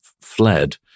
fled